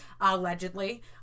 allegedly